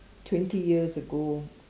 twenty years ago